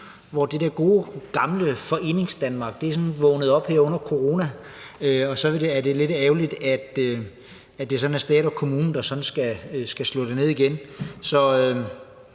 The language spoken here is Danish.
hvor det der gode gamle Foreningsdanmark er vågnet op her under corona, og så er det lidt ærgerligt, at det sådan er stat og kommune, der skal slå det ned igen.